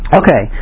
okay